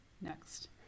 Next